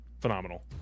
Phenomenal